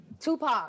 Tupac